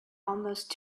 almost